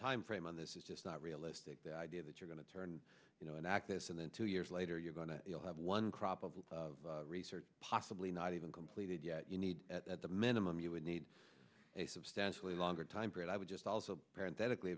timeframe on this is just not realistic the idea that you're going to turn you know an act this and then two years later you're going to have one crop of research possibly not even completed yet you need at the minimum you would need a substantially longer time period i would just also apparent that